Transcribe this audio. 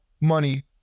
money